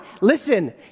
Listen